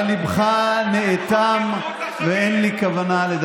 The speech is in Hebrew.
אז התנועה עסוקה בג'יהאד